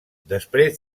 després